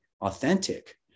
authentic